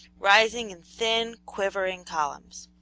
rising in thin, quivering columns.